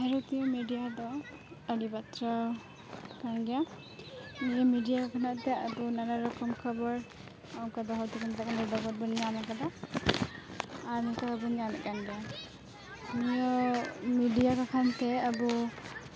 ᱵᱷᱟᱨᱚᱛᱤᱭᱚ ᱢᱤᱰᱤᱭᱟ ᱫᱚ ᱟᱹᱰᱤ ᱵᱟᱪᱪᱟ ᱠᱟᱱ ᱜᱮᱭᱟ ᱱᱤᱭᱟᱹ ᱢᱤᱰᱤᱭᱟ ᱠᱷᱚᱱᱟᱜ ᱫᱚ ᱟᱵᱚ ᱱᱟᱱᱟ ᱨᱚᱠᱚᱢ ᱠᱷᱚᱵᱚᱨ ᱚᱝᱠᱟ ᱡᱟᱦᱟᱸᱫᱚ ᱠᱚ ᱢᱮᱛᱟᱜ ᱠᱟᱱᱟ ᱰᱚᱜᱚᱨᱵᱚᱱ ᱧᱟᱢ ᱟᱠᱟᱫᱟ ᱟᱨ ᱱᱤᱛᱚᱜᱦᱚᱸ ᱵᱚᱱ ᱧᱟᱢᱮᱫᱠᱟᱱ ᱜᱮᱭᱟ ᱱᱤᱭᱟᱹ ᱢᱤᱰᱤᱭᱟ ᱵᱟᱠᱷᱟᱱᱛᱮ ᱟᱵᱚ